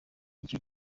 icyo